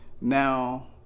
Now